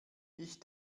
ich